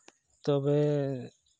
ᱛᱚᱵᱮ